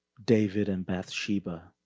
david and bathsheba,